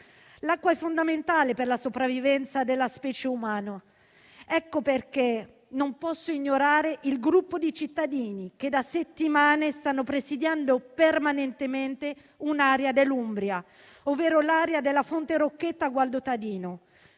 L'acqua è fondamentale per la sopravvivenza della specie umana ed ecco perché non posso ignorare il gruppo di cittadini che da settimane sta presidiando permanentemente un'area dell'Umbria, quella della fonte Rocchetta a Gualdo Tadino.